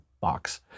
box